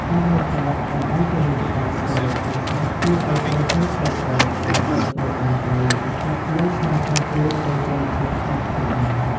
ការបង្កើត "តំបន់ពាណិជ្ជកម្មសេរីក្នុងស្រុក" ជួយឱ្យក្រុមហ៊ុនតូចៗអាចទទួលបានការលើកទឹកចិត្ត និងការការពារដូចក្រុមហ៊ុនខ្នាតធំដែរ។